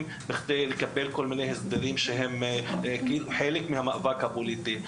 לטובת קבלה של כל מיני הסדרים שהם כאילו חלק מהמאבק הפוליטי.